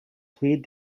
played